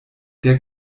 der